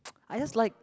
I just like